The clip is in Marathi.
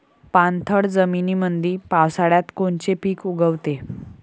पाणथळ जमीनीमंदी पावसाळ्यात कोनचे पिक उगवते?